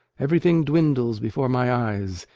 everything dwindles before my eyes,